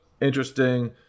interesting